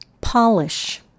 polish